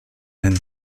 hin